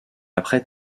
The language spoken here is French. après